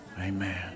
amen